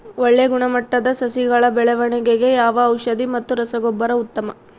ಒಳ್ಳೆ ಗುಣಮಟ್ಟದ ಸಸಿಗಳ ಬೆಳವಣೆಗೆಗೆ ಯಾವ ಔಷಧಿ ಮತ್ತು ರಸಗೊಬ್ಬರ ಉತ್ತಮ?